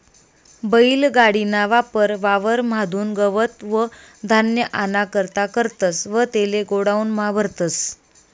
बैल गाडी ना वापर वावर म्हादुन गवत व धान्य आना करता करतस व तेले गोडाऊन म्हा भरतस